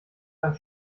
lang